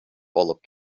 алып